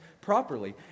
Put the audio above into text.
properly